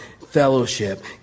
fellowship